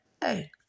hey